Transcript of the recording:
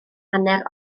hanner